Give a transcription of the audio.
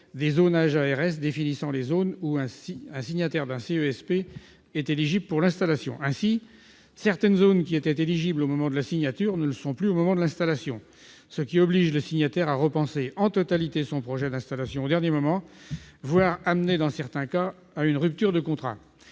des zonages par l'ARS, qui définit les zones où un signataire d'un CESP est éligible pour l'installation. Ainsi, certaines zones éligibles au moment de la signature ne le sont plus lors de l'installation, ce qui oblige le signataire à repenser en totalité son projet d'installation au dernier moment, voire le conduit, dans certains cas, à une rupture du contrat.